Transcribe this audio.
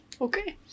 Okay